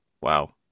wow